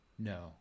No